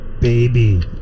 Baby